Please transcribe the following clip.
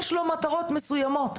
יש לו מטרות מסוימות.